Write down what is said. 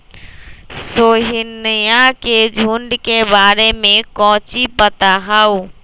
रोहिनया के झुंड के बारे में कौची पता हाउ?